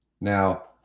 Now